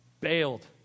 bailed